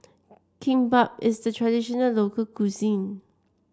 Kimbap is a traditional local cuisine